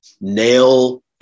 nail